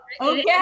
Okay